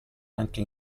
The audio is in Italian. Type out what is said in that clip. anche